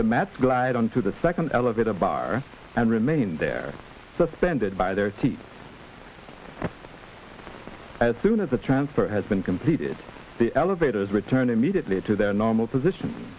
the mats glide onto the second elevator bar and remain there suspended by their teeth as soon as the transfer has been completed the elevators return immediately to their normal position